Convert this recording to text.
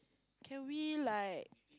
can we like